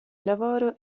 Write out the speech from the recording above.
lavoro